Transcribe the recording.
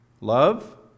Love